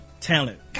Talent